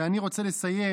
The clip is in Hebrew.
ואני רוצה לסיים